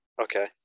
Okay